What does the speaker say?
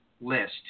list